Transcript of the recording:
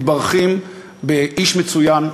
מתברכים באיש מצוין,